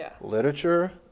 literature